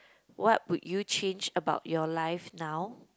what would you change about your life now